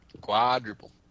Quadruple